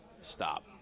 stop